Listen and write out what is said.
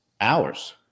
hours